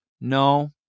no